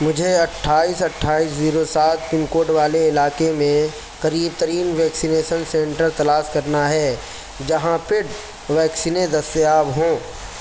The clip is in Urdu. مجھے اٹھائیس اٹھائیس زیرو سات پن کوڈ والے علاقے میں قریب ترین ویکسینیسن سنٹر تلاش کرنا ہے جہاں پیڈ ویکسینیں دستیاب ہوں